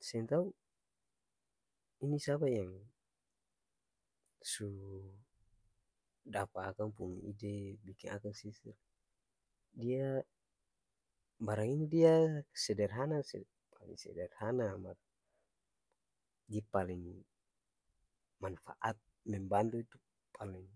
Seng tau ini siapa yang su dapa akang pung ide biking akang sisir dia barang ini dia sederhana se paleng sederhana mar di paleng manfaat membantu itu paleng